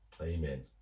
Amen